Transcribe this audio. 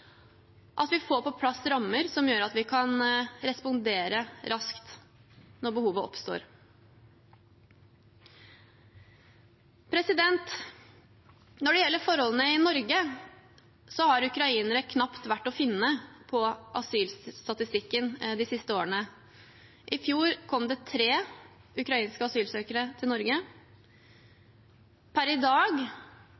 at vi får på plass rammer som gjør at vi kan respondere raskt når behovet oppstår. Når det gjelder forholdene i Norge, har ukrainere knapt vært å finne på asylstatistikken de siste årene. I fjor kom det tre ukrainske asylsøkere til Norge.